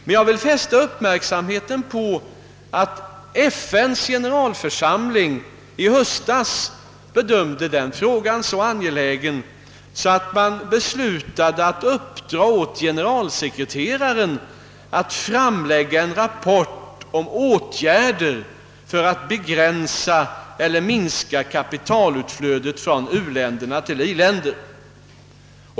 Jag vill emellertid fästa uppmärksamheten på att FN:s generalförsamling i höstas bedömde denna fråga så angelägen, att den beslutade att uppdra åt generalsekreteraren att framlägga en rapport om åtgärder för att begränsa eller minska kapitalutflödet från u-länder till i-länder.